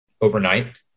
overnight